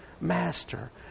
Master